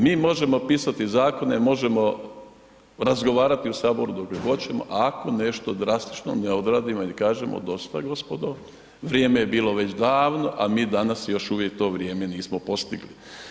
Mi možemo pisati zakone, možemo razgovarati u HS dokle hoćemo, a ako nešto drastično ne odradimo ili kažemo dosta gospodo, vrijeme je bilo već davno, a mi danas još uvijek to vrijeme nismo postigli.